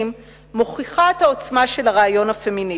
מוכיחה את העוצמה של הרעיון הפמיניסטי.